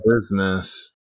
business